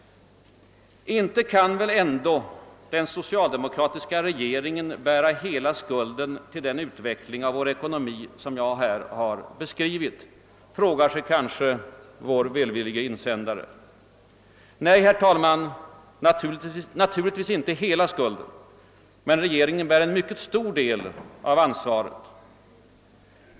Inte kan väl ändå den socialdemokratiska regeringen bära hela skulden till den utveckling av vår ekonomi som jag här beskrivit, frågar sig kanske vår välvillige insändare. Nej, herr talman, naturligtvis inte hela men en mycket stor del av ansvaret.